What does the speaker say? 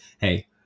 hey